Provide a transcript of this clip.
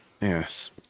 Yes